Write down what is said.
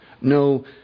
no